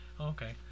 Okay